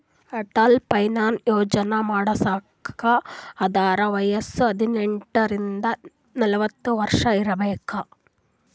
Atal pension Yojana ಮಾಡುಸ್ಬೇಕ್ ಅಂದುರ್ ವಯಸ್ಸ ಹದಿನೆಂಟ ರಿಂದ ನಲ್ವತ್ ಅಷ್ಟೇ ಇರ್ಬೇಕ್